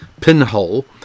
pinhole